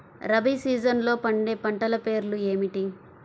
రబీ సీజన్లో పండే పంటల పేర్లు ఏమిటి?